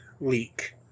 leak